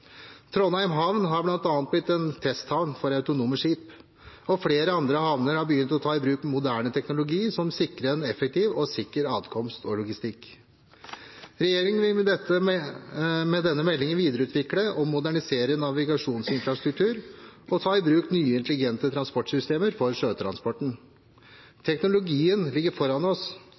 Trondheim havn har bl.a. blitt en testhavn for autonome skip, og flere andre havner har begynt å ta i bruk moderne teknologi som sikrer en effektiv og sikker adkomst og logistikk. Regjeringen vil med denne meldingen videreutvikle og modernisere navigasjonsinfrastruktur og ta i bruk nye, intelligente transportsystemer for sjøtransporten. Teknologien ligger foran oss,